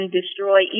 destroy